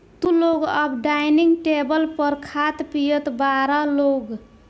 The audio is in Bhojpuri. तू लोग अब डाइनिंग टेबल पर खात पियत बारा लोग